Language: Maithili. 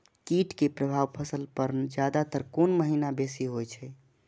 कीट के प्रभाव फसल पर ज्यादा तर कोन महीना बेसी होई छै?